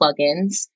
plugins